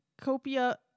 copia